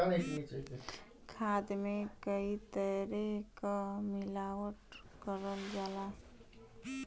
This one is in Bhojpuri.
खाद में कई तरे क मिलावट करल जाला